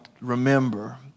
remember